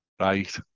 right